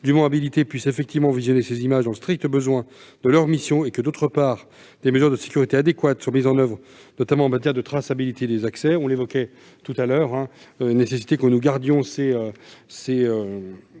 dûment habilité puisse effectivement visionner ces images dans le strict besoin de leur mission et que, d'autre part, des mesures de sécurité adéquates soient mises en oeuvre, notamment en matière de traçabilité des accès ». Nous avons évoqué tout à l'heure la nécessité de maintenir